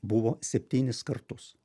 buvo septynis kartus